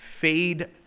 fade